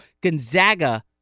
Gonzaga